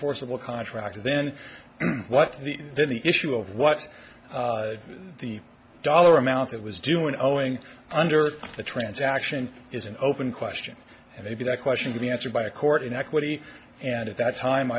forcible contract then what the then the issue of what the dollar amount that was due in owing under the transaction is an open question and maybe that question to be answered by a court in equity and at that time